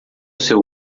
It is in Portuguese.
seu